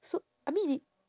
so I mean it